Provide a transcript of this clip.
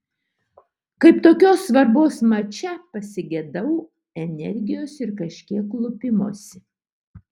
kaip tokios svarbos mače pasigedau energijos ir kažkiek lupimosi